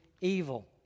evil